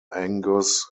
angus